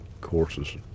courses